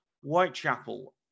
Whitechapel